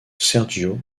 sergio